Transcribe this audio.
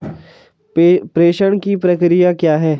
प्रेषण की प्रक्रिया क्या है?